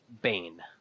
bane